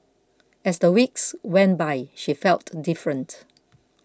as the weeks went by she felt different